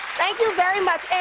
thank you very much.